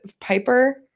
Piper